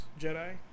Jedi